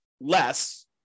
less